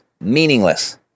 meaningless